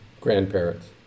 grandparents